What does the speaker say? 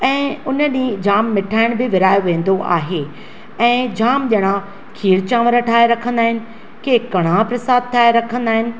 ऐं उन ॾींहुं जाम मिठाइण बि विराहियो वेंदो आहे ऐं जाम ॼणा खीरु चांवर ठाहे रखंदा आहिनि के कड़ा परसाद ठाहे रखंदा आहिनि